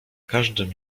każdym